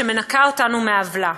שמנקה אותנו מהעוולה.